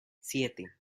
siete